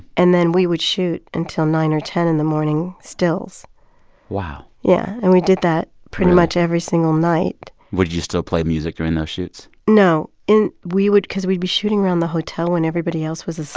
and then we would shoot, until nine or ten in the morning, stills wow yeah. and we did that pretty much every single night would you still play music doing those shoots? no. in we would cause we'd be shooting around the hotel when everybody else was